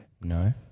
No